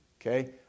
Okay